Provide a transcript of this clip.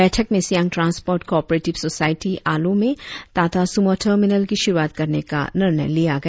बैठक में Siang transport cooperative society Aalo में टाटा सूमो टर्मिनल की शुरुआत करने का निर्णय लिया गया